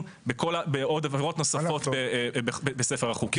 בעוד עבירות נוספות בספר החוקים.